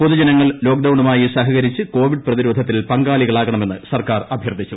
പൊതുജനങ്ങൾ ലോക്ക്ഡ്ൌണ്ടുമായി സഹകരിച്ച് കോവിഡ് പ്രതിരോധത്തിൽ പങ്കാളികളാകണമെന്ന് സർക്കാർ അഭ്യർത്ഥിച്ചു